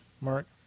Mark